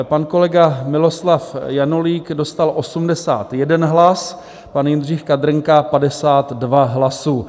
Pan kolega Miloslav Janulík dostal 81 hlasů, pan Jindřich Kadrnka 52 hlasů.